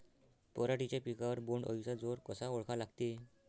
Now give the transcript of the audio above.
पराटीच्या पिकावर बोण्ड अळीचा जोर कसा ओळखा लागते?